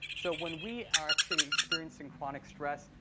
so when we are actually experiencing chronic stress,